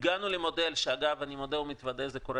הגענו למודל שאני מודה ומתוודה זה קורה